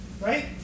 right